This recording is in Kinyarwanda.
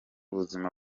buzima